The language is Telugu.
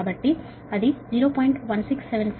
కాబట్టి అది 0